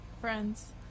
Friends